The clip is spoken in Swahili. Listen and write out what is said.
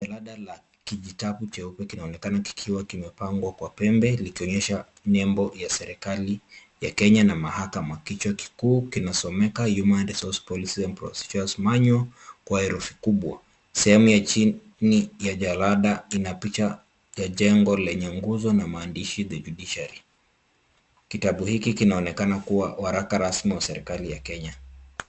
Jalada la kijitabu cheupe kinaonekana kikiwa kimepangwa kwa pembe, likionyesha nembo la serikali ya Kenya na mahakama. Kichwa kikuu kinasomeka (cs) HUMAN RESOURCE POLICIES AND PROCEDURES MANUAL (cs). Sehemu ya chini ya jalada ina picha ya jengo lenye nguzo na maandishi (cs) THE JUDICIARY (cs). Kitabu hiki kinaonekana kuwa waraka rasmi wa serikali ya Kenya.